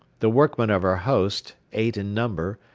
the workmen of our host, eight in number,